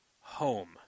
home